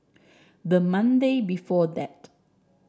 the Monday before that